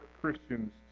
Christians